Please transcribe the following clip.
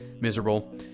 miserable